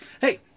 Hey